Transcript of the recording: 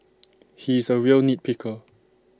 he is A real nit picker